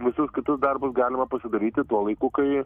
visus kitus darbus galima pasidaryti tuo laiku kai